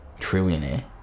Trillionaire